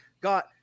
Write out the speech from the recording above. got